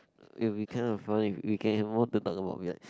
it'll be kind of fun you you can emo to talk about weird